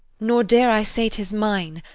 nor dare i say tis mine,